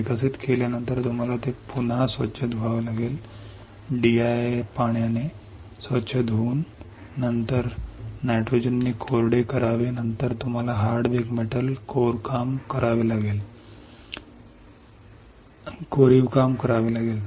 विकसित केल्यानंतर तुम्हाला ते पुन्हा स्वच्छ धुवावे लागेल ते D I ने स्वच्छ धुवावे आणि नंतर N 2 ने कोरडे करावे नंतर तुम्हाला हार्ड बेक मेटल खोदकाम करावे लागेल